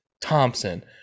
Thompson